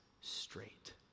straight